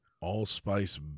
Allspice